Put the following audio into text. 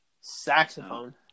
saxophone